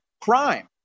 crime